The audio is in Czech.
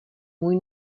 můj